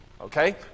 Okay